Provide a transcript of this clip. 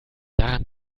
daran